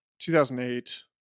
2008